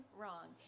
wrong